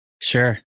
Sure